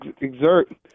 exert